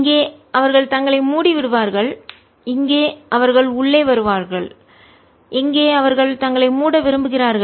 இங்கே அவர்கள் தங்களை மூடிவிடுவார்கள் இங்கே அவர்கள் உள்ளே வருவார்கள் இங்கே அவர்கள் தங்களை மூட விரும்புகிறார்கள்